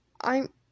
I'm-